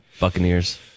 Buccaneers